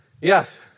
Yes